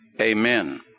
Amen